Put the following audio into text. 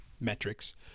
metrics